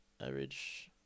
Average